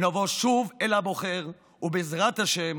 נבוא שוב אל הבוחר, ובעזרת השם